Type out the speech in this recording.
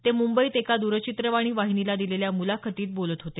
ते मुंबईत एका द्रचित्रवाणी वाहिनीला दिलेल्या मुलाखतीत बोलत होते